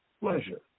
pleasure